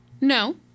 No